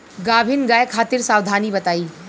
गाभिन गाय खातिर सावधानी बताई?